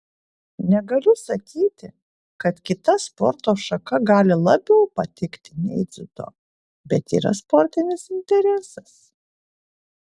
negaliu sakyti kad kita sporto šaka gali labiau patikti nei dziudo bet yra sportinis interesas